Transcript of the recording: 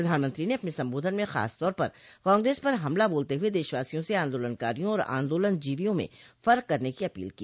प्रधानमंत्री ने अपने संबोधन में खासतौर पर कांग्रेस पर हमला बोलते हुए देशवासियों से आन्दोलनकारियों और आन्दोलनजीवियों में फर्क करने की अपील की